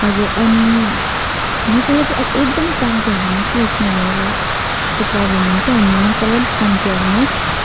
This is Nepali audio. हजुर अनि मसाला चाहिँ एकदम कम्ती हालिदिनु होस् ल किनभने अब त्यस्तो प्रोब्लम हुन्छ अनि मसाला अलिक कम्ती हालिदिनु होस्